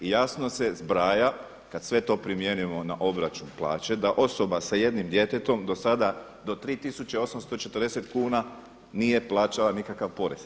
I jasno se zbraja kad sve to primijenimo na obračun plaće da osoba sa jednim djetetom do sada, do 3840 kuna nije plaćala nikakav porez.